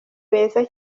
beza